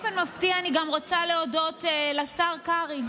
אני רוצה להודות גם לשר קרעי.